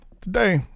today